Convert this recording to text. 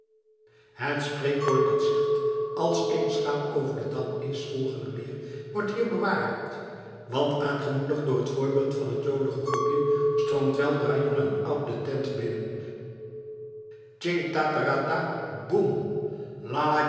het spreekwoord dat zegt als één schaap over den dam is volgen er meer wordt hier bewaarheid want aangemoedigd door het voorbeeld van het jolige groepje stroomt weldra jong en oud de tent binnen tsching taterata boem